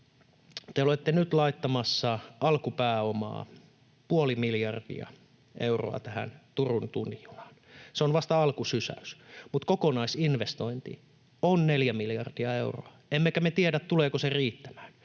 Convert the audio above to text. te olette nyt laittamassa alkupääomaa puoli miljardia euroa tähän Turun tunnin junaan. Se on vasta alkusysäys. Mutta kokonaisinvestointi on 4 miljardia euroa, emmekä me tiedä, tuleeko se riittämään.